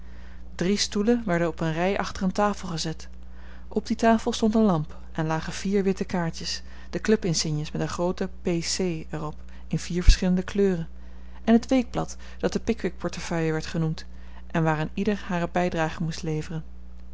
drie stoelen werden op een rij achter een tafel gezet op die tafel stond een lamp en lagen vier witte kaartjes de clubinsignes met een groote p c er op in vier verschillende kleuren en het weekblad dat de pickwick portefeuille werd genoemd en waaraan ieder haar bijdrage moest leveren